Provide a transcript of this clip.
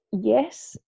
Yes